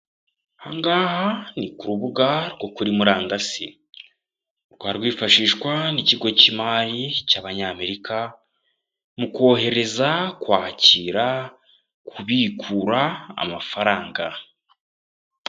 Ahangaha ni ku rubuga rwo kuri murandasi rukaba rwifashishwa n'ikigo cy'imari cy'abanyamerika mu kohereza kwakira kubikura amafaranga.